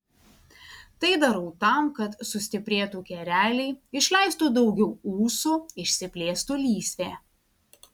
tai darau tam kad sustiprėtų kereliai išleistų daugiau ūsų išsiplėstų lysvė